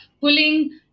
pulling